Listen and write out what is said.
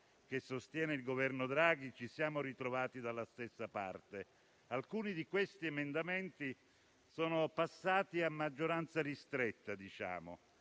che sostiene il Governo Draghi ci siamo ritrovati dalla stessa parte. Alcuni di questi emendamenti sono passati a maggioranza ristretta. Certo,